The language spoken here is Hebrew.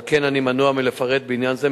על כן אני מנוע מלפרט בעניין זה,